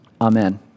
Amen